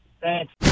Thanks